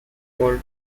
called